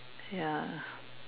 ya